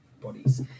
bodies